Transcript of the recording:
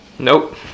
Nope